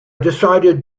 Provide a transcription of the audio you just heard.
decided